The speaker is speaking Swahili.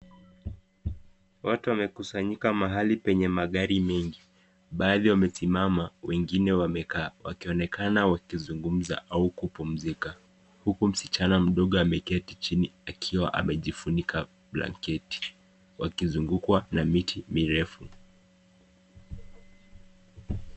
Watu wamekusanyika mahali penye magari mengi. Baadhi wamesimama, wengine wamekaa wakionekana wakizungumza au kupumzika. Huku msichana mdogo ameketi chini akiwa amejifunika blanketi, wakizungukwa na miti mirefu.